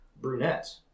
brunette